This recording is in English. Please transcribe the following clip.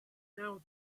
now